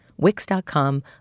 Wix.com